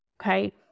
Okay